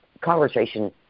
Conversation